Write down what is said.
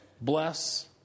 bless